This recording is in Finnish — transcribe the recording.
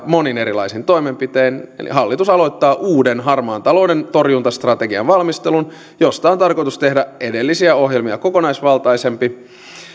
monin erilaisin toimenpitein eli hallitus aloittaa uuden harmaan talouden torjuntastrategian valmistelun josta on tarkoitus tehdä edellisiä ohjelmia kokonaisvaltaisempi